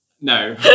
No